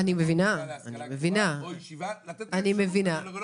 המועצה להשכלה גבוהה או ישיבה לתת את האפשרות,